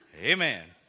Amen